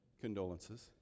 condolences